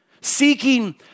Seeking